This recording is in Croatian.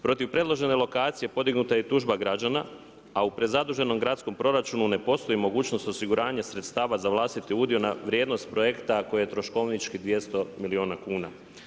Protiv predložene lokacije podignuta je i tužba građana, a u prezaduženom gradskom proračunu ne postoji mogućnost osiguranja sredstava za vlastiti udio na vrijednost projekta koji je troškovnički 200 milijuna kuna.